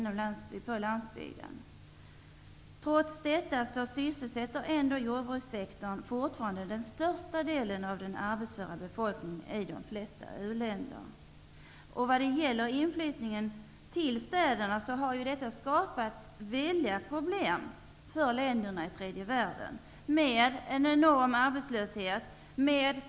Trots detta sysselsätter jordbrukssektorn dock fortfarande den största delen av den arbetsföra befolkningen i de flesta u-länder. Inflyttningen till städerna har skapat väldiga problem för länderna i tredje världen. Arbetslösheten är enorm.